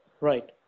Right